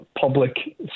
public